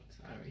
Sorry